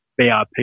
BRP